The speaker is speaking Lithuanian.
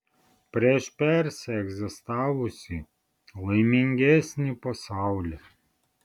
prieš persę egzistavusį laimingesnį pasaulį